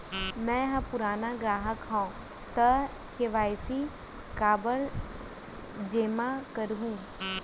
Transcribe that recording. मैं ह पुराना ग्राहक हव त के.वाई.सी काबर जेमा करहुं?